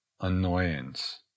Annoyance